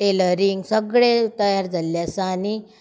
tailoring सगळें तयार जाल्लें आसा आनी